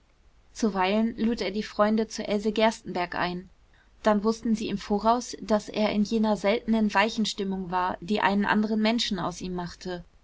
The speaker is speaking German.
zuweilen lud er die freunde zu else gerstenbergk ein dann wußten sie im voraus daß er in jener seltenen weichen stimmung war die einen anderen menschen aus ihm machte